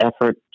effort